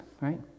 right